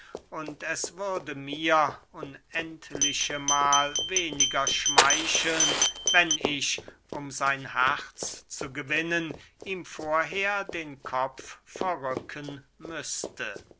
und es würde mir unendliche mahl weniger schmeicheln wenn ich um sein herz zu gewinnen ihm vorher den kopf verrücken müßte